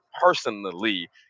personally